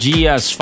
Dias